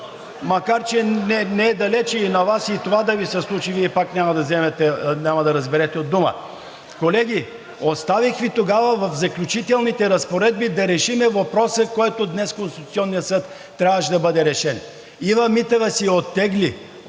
Макар че не е далече на Вас и това да Ви се случи, Вие пак няма да разберете от дума. Колеги, оставих Ви тогава в Заключителните разпоредби да решим въпроса, който днес от Конституционния съд трябваше да бъде решен. Ива Митева оттегли